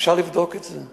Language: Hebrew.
אפשר לבדוק את זה.